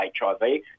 HIV